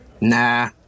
Nah